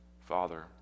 Father